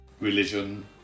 Religion